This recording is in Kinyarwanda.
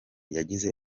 yagize